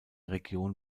region